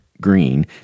green